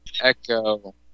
echo